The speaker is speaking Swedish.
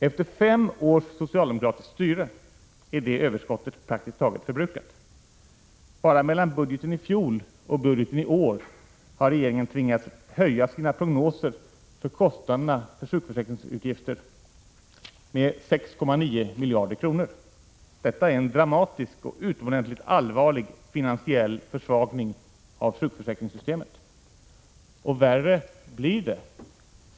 Efter fem års socialdemokratiskt styre är det överskottet praktiskt taget förbrukat. Bara mellan budgeten i fjol och budgeten i år har regeringen tvingats höja sina prognoser för kostnaderna för sjukförsäkringsutgifter med 6,9 miljarder kronor. Detta är en dramatisk och utomordentligt allvarlig finansiell försvagning av sjukförsäkringssystemet. Och värre blir det.